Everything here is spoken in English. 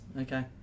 Okay